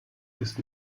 ist